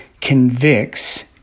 convicts